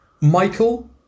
Michael